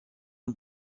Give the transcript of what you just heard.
amb